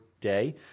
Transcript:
day